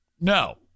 no